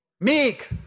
Meek